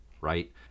right